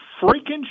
freaking